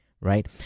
right